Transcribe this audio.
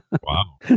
Wow